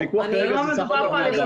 הוויכוח כרגע זה סחר בבני אדם.